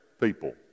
people